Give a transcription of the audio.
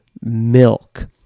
milk